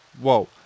Whoa